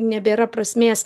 nebėra prasmės